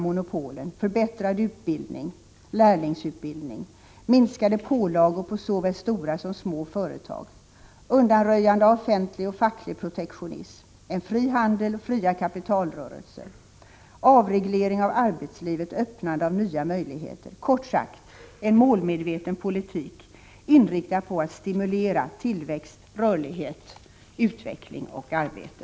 — Minskade pålagor på såväl stora som små företag. —- Kort sagt, en målmedveten politik, inriktad på att stimulera tillväxt, rörlighet, utveckling och arbete.